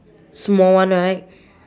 small one right